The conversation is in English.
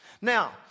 Now